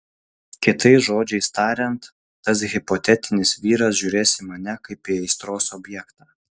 kitais žodžiai tariant tas hipotetinis vyras žiūrės į mane kaip į aistros objektą